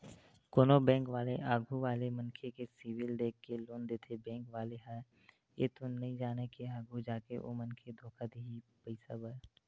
कोनो बेंक वाले आघू वाले मनखे के सिविल देख के लोन देथे बेंक वाले ह ये तो नइ जानय के आघु जाके ओ मनखे धोखा दिही पइसा बर